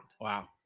Wow